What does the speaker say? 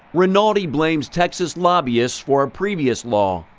reporter he blames texas lobbyists for a previous law.